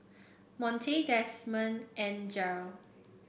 Monte Demond and Jeryl